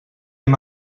hem